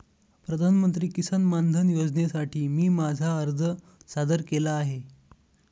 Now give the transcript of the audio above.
प्रधानमंत्री किसान मानधन योजनेसाठी मी माझा अर्ज सादर केला आहे